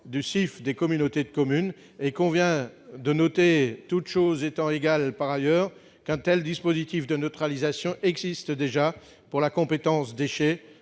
du CIF des communautés de communes. Il convient de noter, toutes choses étant égales par ailleurs, qu'un tel dispositif de « neutralisation » existe déjà pour la compétence déchets,